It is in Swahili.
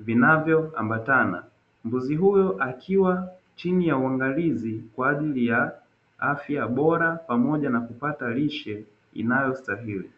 vinavyoambatana, mbuzi huyo akiwa chini ya uangalizi kwa ajili ya afya bora pamoja na kupata lishe inayostahili.